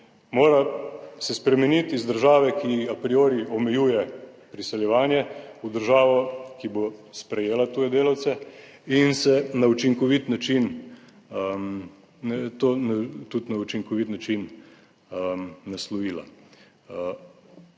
mora se spremeniti iz države, ki a priori omejuje priseljevanje v državo, ki bo sprejela tuje delavce in se na učinkovit način, tudi